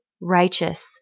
righteous